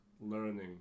learning